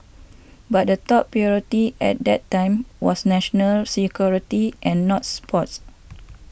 but the top priority at that time was national security and not sports